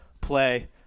play